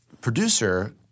producer